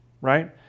right